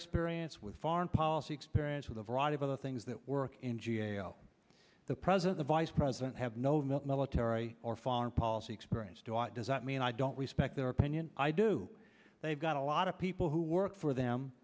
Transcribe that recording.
experience with foreign policy experience with a variety of other things that work in g a o the president the vice president have no military or foreign policy experience do i does that mean i don't respect their opinion i do they've got a lot of people who work for them